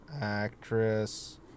actress